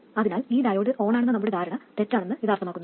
അതിനാൽ ഈ ഡയോഡ് ഓണാണെന്ന നമ്മുടെ ധാരണ തെറ്റാണെന്ന് ഇത് അർത്ഥമാക്കുന്നു